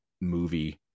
movie